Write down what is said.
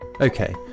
Okay